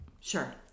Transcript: Sure